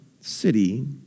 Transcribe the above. city